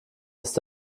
ist